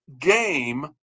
game